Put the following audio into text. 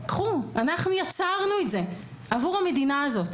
קחו, אנחנו יצרנו את זה עבור המדינה הזאת.